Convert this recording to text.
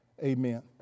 amen